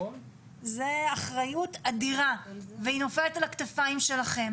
זה אחריות אדירה והיא נופלת על הכתפיים שלכם